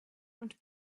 und